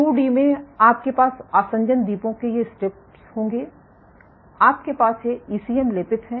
2डी में आपके पास आसंजन द्वीपों के ये स्ट्रिप्स होंगे आपके पास ये ईसीएम लेपित हैं